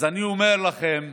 אז אני אומר לכם,